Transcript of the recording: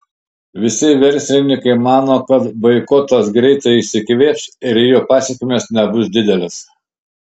visi verslininkai mano kad boikotas greitai išsikvėps ir jo pasekmės nebus didelės